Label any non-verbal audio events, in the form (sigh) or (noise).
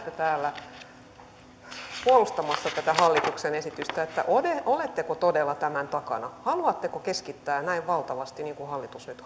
täällä puolustamassa tätä hallituksen esitystä oletteko todella tämän takana haluatteko keskittää näin valtavasti kuin hallitus nyt (unintelligible)